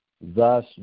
Thus